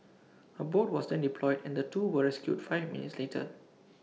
A boat was then deployed and the two were rescued five minutes later